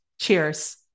Cheers